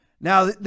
Now